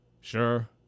Sure